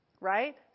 right